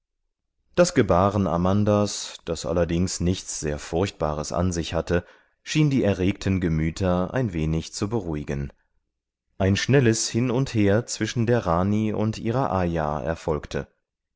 das gebaren amandas das allerdings nichts sehr furchtbares an sich hatte schien die erregten gemüter ein wenig zu beruhigen ein schnelles hin und her zwischen der rani und ihrer ayah erfolgte